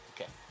Okay